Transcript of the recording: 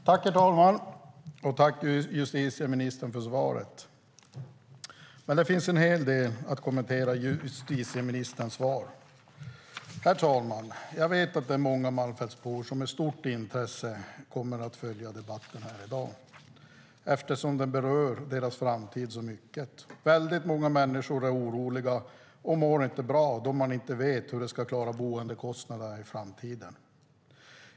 Herr talman! Jag tackar justitieministern för svaret, men det finns en hel del att kommentera i det. Jag vet att det är många malmfältsbor som med stort intresse kommer att följa debatten här i dag, eftersom det berör deras framtid så mycket. Väldigt många människor är oroliga och mår inte bra då de inte vet hur de ska klara boendekostnaderna i framtiden.